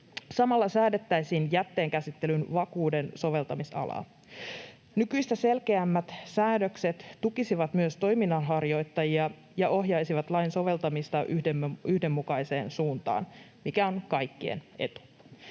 Samalla säädettäisiin jätteenkäsittelyn vakuuden soveltamisalaa. Nykyistä selkeämmät säädökset tukisivat myös toiminnanharjoittajia ja ohjaisivat lain soveltamista yhdenmukaiseen suuntaan, mikä on kaikkien etu.